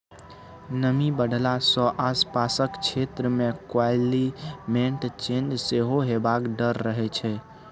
नमी बढ़ला सँ आसपासक क्षेत्र मे क्लाइमेट चेंज सेहो हेबाक डर रहै छै